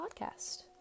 podcast